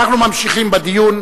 אנחנו ממשיכים בדיון.